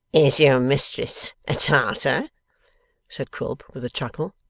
is your mistress a tartar said quilp with a chuckle.